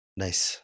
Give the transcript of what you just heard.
nice